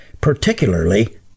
particularly